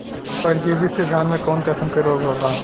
परजीवी से धान में कऊन कसम के रोग होला?